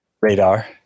radar